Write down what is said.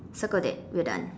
circle that we're done